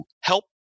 help